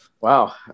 Wow